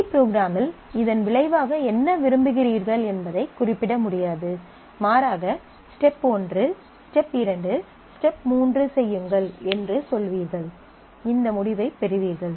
C ப்ரோக்ராமில் இதன் விளைவாக என்ன விரும்புகிறீர்கள் என்பதைக் குறிப்பிட முடியாது மாறாக ஸ்டெப் ஒன்று ஸ்டெப் இரண்டு ஸ்டெப் மூன்று செய்யுங்கள் என்று சொல்வீர்கள் இந்த முடிவைப் பெறுவீர்கள்